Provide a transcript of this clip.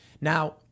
Now